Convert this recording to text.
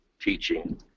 teaching